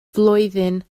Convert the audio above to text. flwyddyn